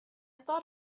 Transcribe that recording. thought